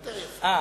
יותר יפה.